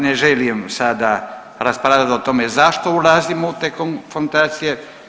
ne želim sada raspravljati o tome zašto ulazimo u te konfrontacije.